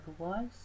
otherwise